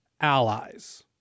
allies